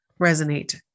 resonate